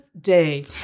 Day